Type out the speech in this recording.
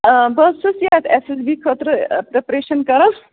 بہٕ حظ چھُس یَتھ اٮ۪س اٮ۪س بی خٲطرٕ پرٮ۪پریٚشَن کَران